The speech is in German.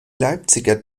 leipziger